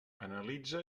analitza